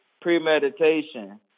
Premeditation